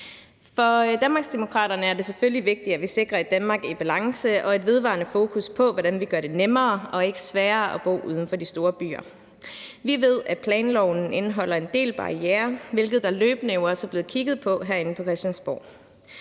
For Danmarksdemokraterne er det selvfølgelig vigtigt, at vi sikrer et Danmark i balance og et vedvarende fokus på, hvordan vi gør det nemmere og ikke sværere at bo uden for de store byer. Vi ved, at planloven indeholder en del barrierer, hvilket der også løbende er blevet kigget på herinde fra Christiansborgs